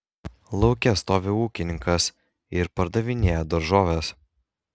lauke stovi ūkininkas ir pardavinėja daržoves